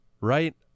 right